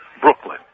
Brooklyn